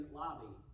lobby